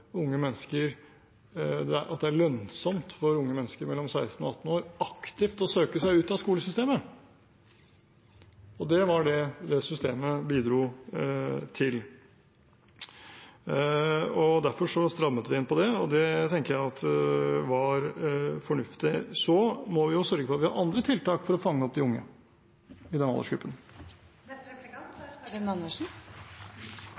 det er lønnsomt for unge mennesker mellom 16 og 18 år aktivt å søke seg ut av skolesystemet, og det var det det systemet bidro til. Derfor strammet vi inn på det, og det tenker jeg var fornuftig. Så må vi sørge for at vi har andre tiltak for å fange opp de unge i den aldersgruppen. Fattigdom er en